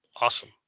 Awesome